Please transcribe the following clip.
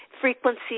Frequency